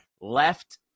left